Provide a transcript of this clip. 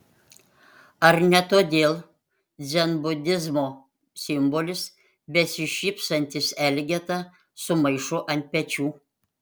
ar ne todėl dzenbudizmo simbolis besišypsantis elgeta su maišu ant pečių